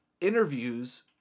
interviews